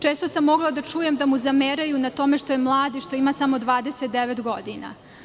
Često sam mogla da čujem da mu zameraju na tome što je mlad i što ima samo 29 godina.